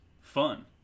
fun